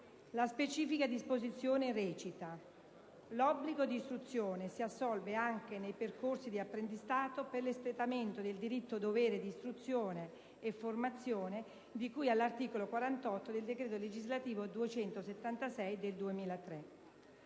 La specifica disposizione così recita: «l'obbligo di istruzione (...) si assolve anche nei percorsi di apprendistato per l'espletamento del diritto-dovere di istruzione e formazione di cui al predetto articolo 48 del decreto legislativo n. 276 del 2003».